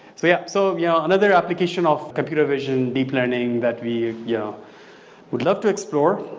so yeah so yeah another application of computer vision, deep learning that we yeah would love to explore,